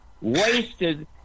wasted